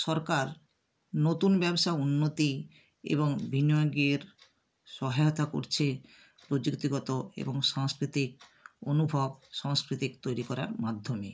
সরকার নতুন ব্যবসা উন্নতি এবং বিনিয়োগের সহায়তা করছে প্রযুক্তিগত এবং সাংস্কৃতিক অনুভব সংস্কৃতি তৈরি করার মাধ্যমে